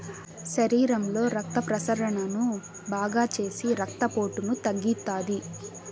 శరీరంలో రక్త ప్రసరణను బాగాచేసి రక్తపోటును తగ్గిత్తాది